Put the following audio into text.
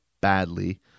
badly